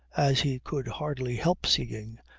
as he could hardly help seeing,